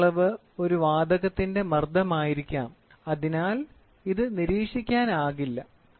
അളന്ന അളവ് ഒരു വാതകത്തിന്റെ മർദ്ദമായിരിക്കാം അതിനാൽ ഇത് നിരീക്ഷിക്കാനാകില്ല